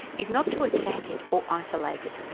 is not to attack it or isolate it,